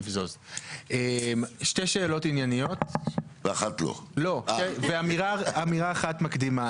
שתי שאלות ענייניות ואמירה אחת מקדימה,